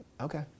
okay